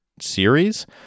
series